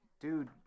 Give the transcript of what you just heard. dude